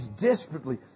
desperately